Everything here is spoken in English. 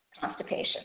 constipation